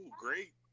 Great